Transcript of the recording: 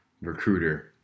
recruiter